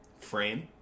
frame